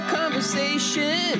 conversation